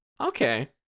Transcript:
Okay